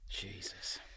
jesus